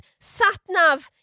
Satnav